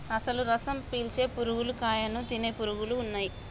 అసలు రసం పీల్చే పురుగులు కాయను తినే పురుగులు ఉన్నయ్యి